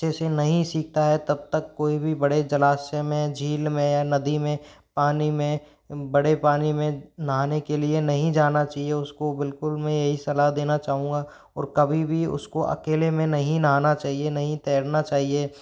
अच्छे से नहीं सिखता है तब तक कोई भी बड़े जलाशय में झील में या नदी में पानी में बड़े पानी में नहाने के लिए नहीं जाना चाहिए उसको बिल्कुल मैं यह सलाह देना चाहूँगा और कभी भी उसको अकेले में नहीं नहाना चाहिए नहीं तैरना चाहिए